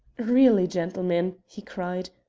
really, gentlemen, he cried,